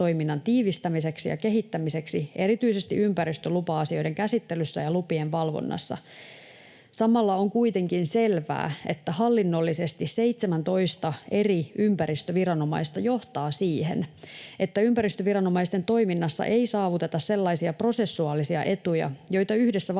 tiivistämiseksi ja kehittämiseksi erityisesti ympäristölupa-asioiden käsittelyssä ja lupien valvonnassa. Samalla on kuitenkin selvää, että hallinnollisesti 17 eri ympäristöviranomaista johtaa siihen, että ympäristöviranomaisten toiminnassa ei saavuteta sellaisia prosessuaalisia etuja, joita yhdessä valtakunnallisessa